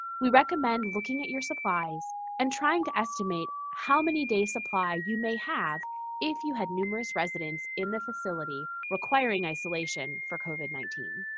we recommend looking at your supplies and trying to estimate how many days supply you may have if you had numerous residents in the facility requiring isolation for covid nineteen.